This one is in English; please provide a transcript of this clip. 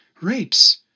rapes